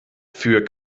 für